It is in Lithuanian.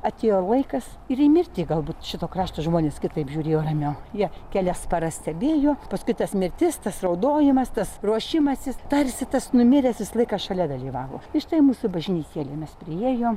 atėjo laikas ir į mirtį galbūt šito krašto žmonės kitaip žiūrėjo ramiau jie kelias paras stebėjo paskui tas mirtis tas raudojimas tas ruošimasis tarsi tas numiręs visą laiką šalia dalyvavo ir štai mūsų bažnytėlė mes priėjom